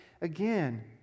again